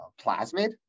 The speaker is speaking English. plasmid